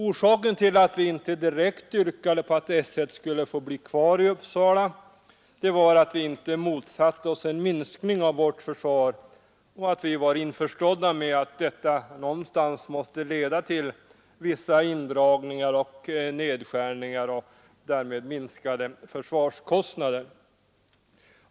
Orsaken till att vi inte direkt yrkade på att S 1 skulle få bli kvar i Uppsala var att vi inte motsatte oss en minskning av vårt försvar samt att vi var införstådda med att detta någonstans måste leda till vissa indragningar och nedskärningar och därmed minskade försvarskostnader.